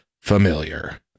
familiar